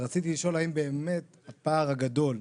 רציתי לשאול האם באמת זה רק הפער הגדול?